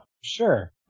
sure